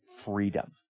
Freedom